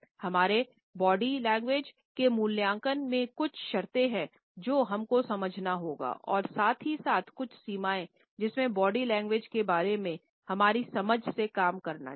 हमारे body language के बारे में हमारी समझ से काम करना चाहिए